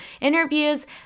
interviews